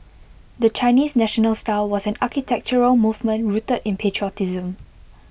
the Chinese national style was an architectural movement rooted in patriotism